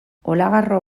olagarro